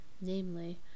namely